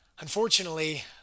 Unfortunately